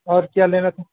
اور کیا لینا تھا